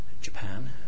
Japan